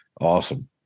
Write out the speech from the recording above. Awesome